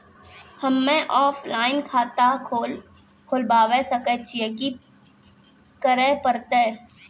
हम्मे ऑफलाइन खाता खोलबावे सकय छियै, की करे परतै?